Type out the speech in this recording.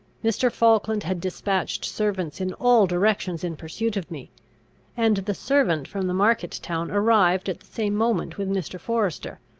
mr. falkland had despatched servants in all directions in pursuit of me and the servant from the market-town arrived at the same moment with mr. forester,